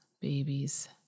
babies